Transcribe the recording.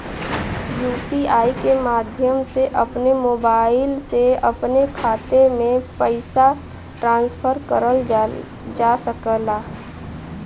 UPI के माध्यम से अपने मोबाइल से अपने खाते में पइसा ट्रांसफर करल जा सकला